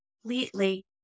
completely